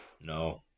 no